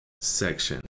section